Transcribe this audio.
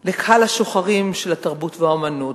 לקהל שוחרי התרבות והאמנות.